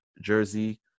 jersey